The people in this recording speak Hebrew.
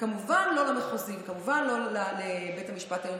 וכמובן לא למחוזי וכמובן לא לבית המשפט העליון.